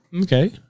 Okay